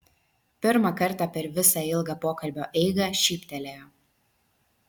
pirmą kartą per visą ilgą pokalbio eigą šyptelėjo